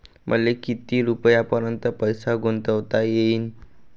मले किती रुपयापर्यंत पैसा गुंतवता येईन?